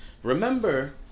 Remember